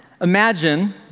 imagine